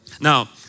Now